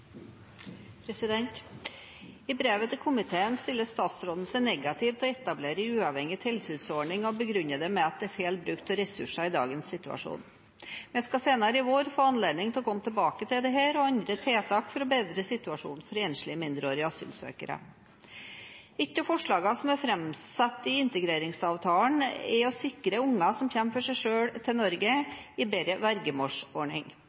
I brevet til komiteen stiller statsråden seg negativ til å etablere en uavhengig tilsynsordning og begrunner det med at det er feil bruk av ressurser i dagens situasjon. Vi skal senere i vår få anledning til å komme tilbake til dette og andre tiltak for å bedre situasjonen for de enslige mindreårige asylsøkerne. Ett av forslagene som er framsatt i integreringsavtalen, er å sikre barn som kommer for seg selv til Norge,